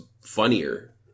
funnier